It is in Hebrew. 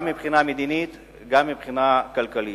גם מבחינה מדינית וגם מבחינה כלכלית.